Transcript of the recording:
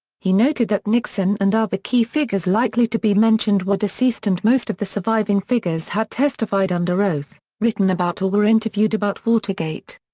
he noted that nixon and other key figures likely to be mentioned were deceased and most of the surviving figures had testified under oath, written about or were interviewed about watergate.